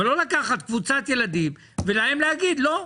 אבל לא לקחת קבוצת ילדים, ולהם להגיד: לא.